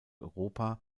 europa